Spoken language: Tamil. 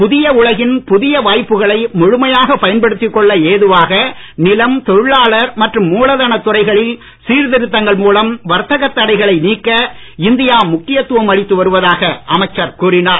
புதிய உலகின் புதிய வாய்ப்புகளை முழுமையாகப் பயன்படுத்திக் கொள்ள ஏதுவாக நிலம் தொழிலாளர் மற்றும் மூலதனத் துறைகளில் சீர்திருத்தங்கள் மூலம் வர்த்தகத் தடைகளை நீக்க இந்தியா முக்கியத்துவம் அளித்து வருவதாக அமைச்சர் கூறினார்